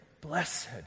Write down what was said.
blessed